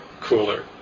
cooler